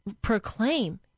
proclaim